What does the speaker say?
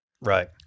Right